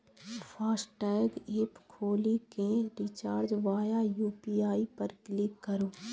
FASTag app खोलि कें recharge via UPI पर क्लिक करू